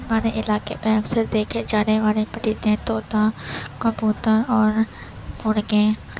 ہمارے علاقے میں اکثر دیکھنے جانے والے پرندے طوطا کبوتر اور مرغے